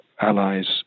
Allies